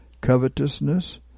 covetousness